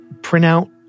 printout